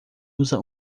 usa